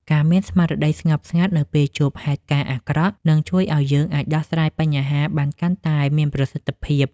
ការមានស្មារតីស្ងប់ស្ងាត់នៅពេលជួបហេតុការណ៍អាក្រក់នឹងជួយឱ្យយើងអាចដោះស្រាយបញ្ហាបានកាន់តែមានប្រសិទ្ធភាព។